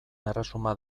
erresuma